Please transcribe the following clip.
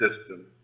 system